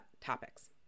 topics